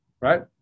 right